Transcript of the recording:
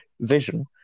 vision